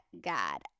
God